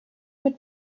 mit